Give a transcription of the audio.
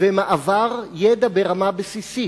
ומעבר ידע ברמה בסיסית,